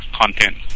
content